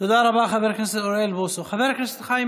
תודה רבה, חבר הכנסת אוריאל בוסו.